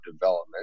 development